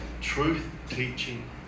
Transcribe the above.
truth-teaching